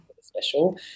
special